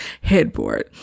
headboard